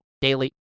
Daily